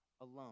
alone